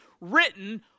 written